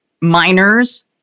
minors